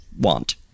want